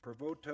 Provoto